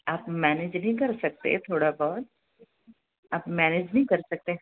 आप मैनेज नहीं कर सकते थोड़ा बहुत आप मैनेज नहीं कर सकते